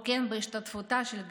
וכן בהשתתפותה של גב'